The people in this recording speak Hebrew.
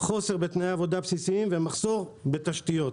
בחוסר בתנאי עבודה בסיסיים ומחסור בתשתיות.